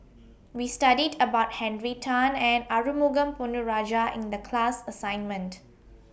We studied about Henry Tan and Arumugam Ponnu Rajah in The class assignment